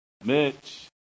Mitch